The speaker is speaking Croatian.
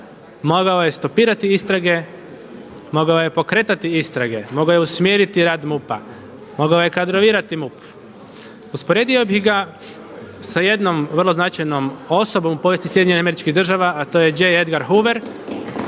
mogao je stopirati istrage, mogao je pokretati istrage, mogao je usmjeriti rad MUP-a, mogao je kadrovirati MUP. Usporedio bih ga sa jednom vrlo značajnom osobom u povijesti Sjedinjenih Američkih Država a to je J. Edgar Hoover